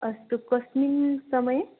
अस्तु कस्मिन् समये